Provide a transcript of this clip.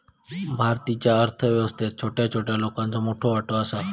भारतीच्या अर्थ व्यवस्थेत छोट्या छोट्या लोकांचो मोठो वाटो आसा